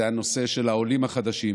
זה הנושא של העולים החדשים